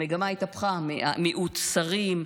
המגמה התהפכה: מיעוט שרות,